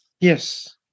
yes